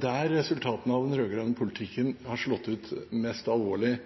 der resultatene av den rød-grønne politikken har slått ut mest alvorlig.